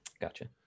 Gotcha